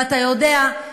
ואתה יודע,